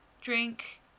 drink